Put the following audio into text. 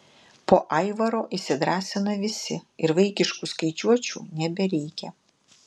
po aivaro įsidrąsina visi ir vaikiškų skaičiuočių nebereikia